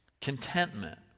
contentment